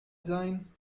sein